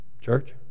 Church